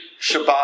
Shabbat